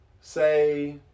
say